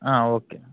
okay